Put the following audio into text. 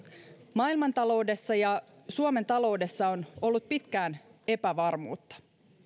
maailmantaloudessa ja suomen taloudessa on ollut pitkään epävarmuutta